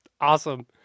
Awesome